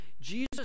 Jesus